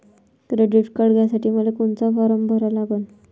Credit card घ्यासाठी मले कोनचा फारम भरा लागन?